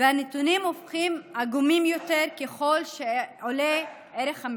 והנתונים הופכים עגומים ככל שעולה ערך המשרה.